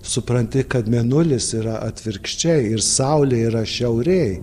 supranti kad mėnulis yra atvirkščiai ir saulė yra šiaurėj